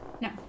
No